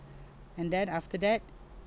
and then after that